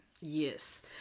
Yes